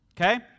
Okay